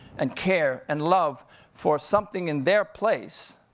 and care and love for something in their place,